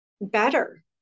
better